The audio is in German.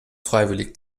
freiwillig